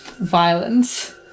violence